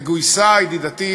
וגויסה ידידתי,